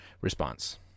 response